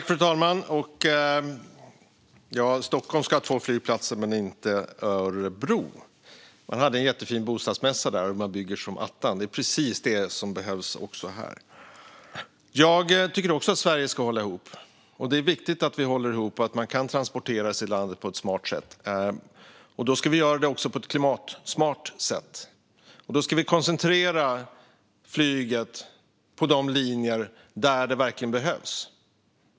Fru talman! Stockholm ska tydligen ha två flygplatser, men inte Örebro. Man hade en jättefin bostadsmässa där, och man bygger som attan. Det är precis det som behövs även här. Jag tycker också att Sverige ska hålla ihop. Det är viktigt att vi håller ihop och att man kan transportera sig i landet på ett smart sätt. Vi ska också göra det på ett klimatsmart sätt. Då ska vi koncentrera flyget till de linjer där det verkligen behövs.